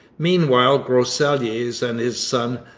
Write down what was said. meanwhile groseilliers and his son,